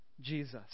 Jesus